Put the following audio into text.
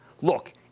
Look